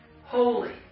holy